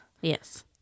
Yes